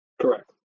Correct